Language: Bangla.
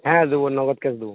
হ্যাঁ দেবো নগদ ক্যাশ দেবো